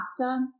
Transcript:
pasta